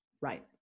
Right